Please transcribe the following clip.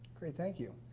thank you.